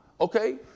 Okay